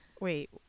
wait